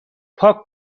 پاک